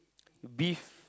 beef